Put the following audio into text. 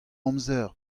amzer